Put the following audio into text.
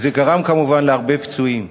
וזה גרם כמובן להרבה פצועים.